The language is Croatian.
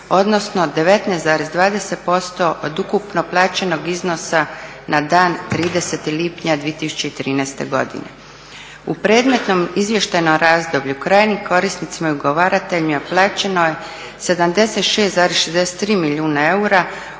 odnosno 19,20% od ukupno plaćenog iznosa na dan 31.lipnja 2013.godine. U predmetnom izvještajnom razdoblju krajnjim korisnicima i ugovarateljima plaćeno je 76,63 milijuna eura